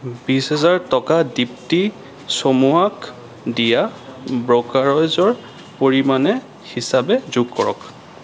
বিছ হাজাৰ টকা দীপ্তি চমুৱাক দিয়া ব্ৰ'কাৰেজৰ পৰিমাণে হিচাপে যোগ কৰক